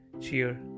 cheer